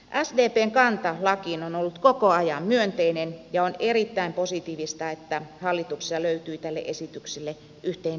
sdpn kanta lakiin on ollut koko ajan myönteinen ja on erittäin positiivista että hallituksessa löytyy tälle esitykselle yhteinen tuki